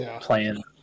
playing